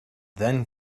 then